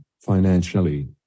financially